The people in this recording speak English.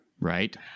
Right